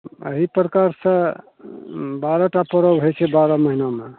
अही प्रकारसे बारह टा परब होइ छै बारह महिनामे